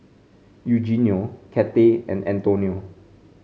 Eugenio Cathey and Antonio